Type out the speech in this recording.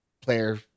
player